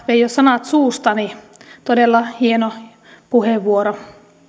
jo sanat suustani todella hieno puheenvuoro